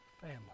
family